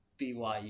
BYU